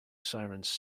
sirens